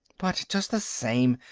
but just the same,